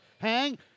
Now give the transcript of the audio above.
Hang